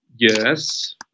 Yes